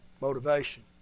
Motivation